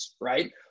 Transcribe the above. right